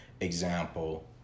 example